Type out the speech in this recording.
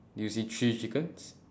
do you see three chickens